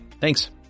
Thanks